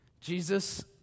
Jesus